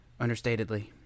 understatedly